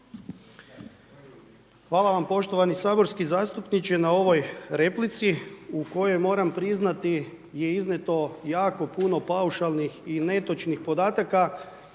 Hvala vam poštovani saborski zastupniče na ovoj replici, u kojoj moram priznati je iznijeto jako puno paušalnih i netočnih podataka